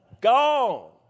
gone